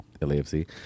LAFC